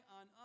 on